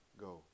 go